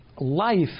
life